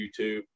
YouTube